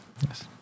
yes